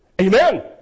Amen